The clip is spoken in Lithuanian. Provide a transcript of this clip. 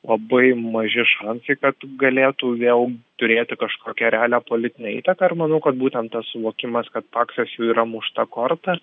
labai maži šansai kad galėtų vėl turėti kažkokią realią politinę įtaką ir manau kad būtent tas suvokimas kad paksas jau yra mušta korta